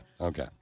Okay